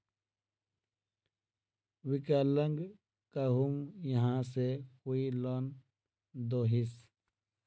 विकलांग कहुम यहाँ से कोई लोन दोहिस?